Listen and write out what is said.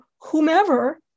whomever